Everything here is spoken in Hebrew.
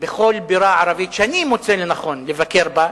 בכל בירה ערבית שאני מוצא לנכון לבקר בה,